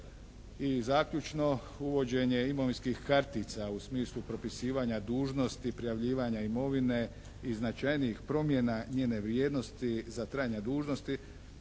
I zaključno. Uvođenje imovinskih kartica u smislu propisivanja dužnosti prijavljivanja imovine i značajnijih promjena njene vrijednosti za trajanja dužnosti,